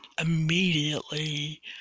immediately